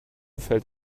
fällt